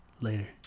later